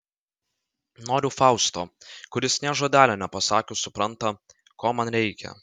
noriu fausto kuris nė žodelio nepasakius supranta ko man reikia